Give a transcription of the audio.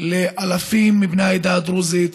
לאלפים מבני העדה הדרוזית